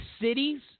cities